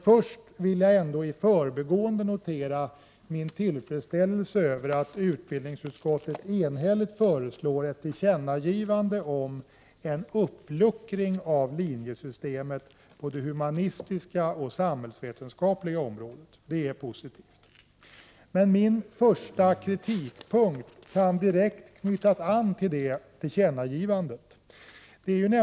Först vill jag ändå i förbigående notera min tillfredsställelse över att utbildningsutskottet enhälligt föreslår ett tillkännagivande om en uppluckring av linjesystemet på det humanistiska och samhällsvetenskapliga området. Det är positivt. Min första kritikpunkt kan direkt knytas an till det tillkännagivandet.